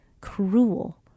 cruel